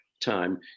time